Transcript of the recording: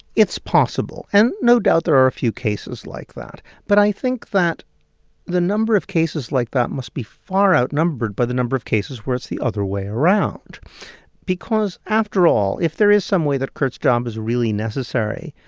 it's possible, and no doubt there are a few cases like that. but i think that the number of cases like that must be far outnumbered by the number of cases where it's the other way around because, after all, if there is some way that kurt's job is really necessary,